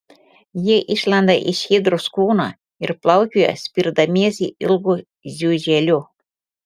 jie išlenda iš hidros kūno ir plaukioja spirdamiesi ilgu žiuželiu